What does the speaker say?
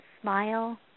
smile